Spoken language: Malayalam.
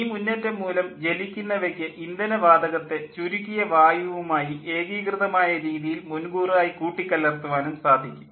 ഈ മുന്നേറ്റം മൂലം ജ്വലിക്കുന്നവയ്ക്ക് ഇന്ധന വാതകത്തെ ചുരുക്കിയ വായുവുമായി ഏകീകൃതമായ രീതിയിൽ മുൻകൂറായി കൂട്ടിക്കലർത്തുവാനും സാധിക്കും